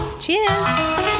Cheers